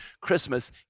Christmas